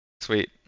Sweet